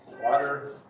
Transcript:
water